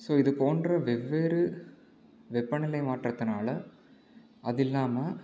so இதுபோன்ற வெவ்வேறு வெப்பநிலை மாற்றத்தினால் அது இல்லாமல்